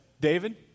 David